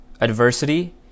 adversity